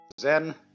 Zen